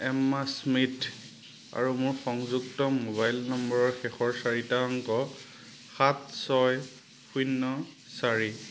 Emma Smith আৰু মোৰ সংযুক্ত মোবাইল নম্বৰৰ শেষৰ চাৰিটা অংক সাত ছয় শূন্য চাৰি